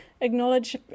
Acknowledge